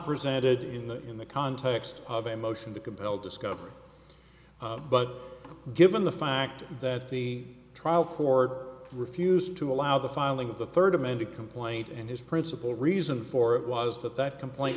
presented in the in the context of a motion to compel discovery but given the fact that the trial court refused to allow the filing of the third amended complaint and his principal reason for it was that that complain